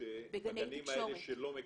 בגנים האלה שלא מקבלים,